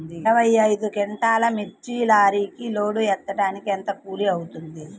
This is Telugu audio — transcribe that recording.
ఇరవై ఐదు క్వింటాల్లు మిర్చి లారీకి లోడ్ ఎత్తడానికి ఎంత కూలి అవుతుంది?